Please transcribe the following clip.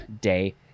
day